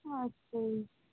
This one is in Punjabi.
ਅੱਛਾ ਜੀ